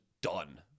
done